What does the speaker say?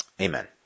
Amen